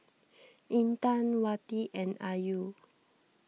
Intan Wati and Ayu